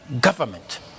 government